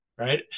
Right